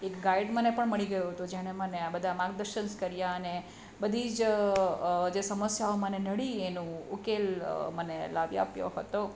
એક ગાઈડ મને પણ મળી ગયો હતો જેણે મને આ બધા માર્ગદર્સન્સ કર્યા અને બધી જ જે સમસ્યાઓ મને નડી એનું ઉકેલ મને લાવી આપ્યો હતો